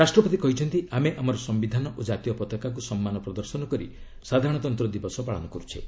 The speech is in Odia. ରାଷ୍ଟ୍ରପତି କହିଛନ୍ତି ଆମେ ଆମର ସମ୍ଭିଧାନ ଓ ଜାତୀୟ ପତାକାକୁ ସମ୍ମାନ ପ୍ରଦର୍ଶନ କରି ସାଧାରଣତନ୍ତ୍ର ଦିବସ ପାଳନ କରୁଛେ